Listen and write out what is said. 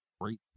great